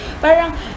parang